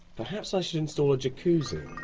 perhaps i should install a jacuzzi?